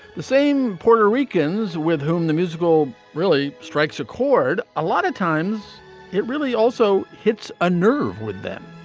the same puerto ricans with whom the musical really strikes a chord. a lot of times it really also hits a nerve with them.